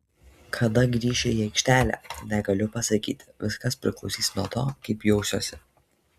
kada grįšiu į aikštelę negaliu pasakyti viskas priklausys nuo to kaip jausiuosi